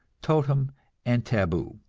totem and taboo.